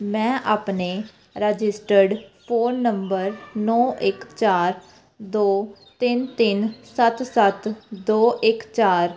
ਮੈਂ ਆਪਣੇ registered phone number ਨੌਂ ਇੱਕ ਚਾਰ ਦੋ ਤਿੰਨ ਤਿੰਨ ਸੱਤ ਸੱਤ ਦੋ ਇੱਕ ਚਾਰ